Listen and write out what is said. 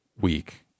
week